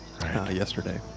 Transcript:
Yesterday